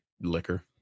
liquor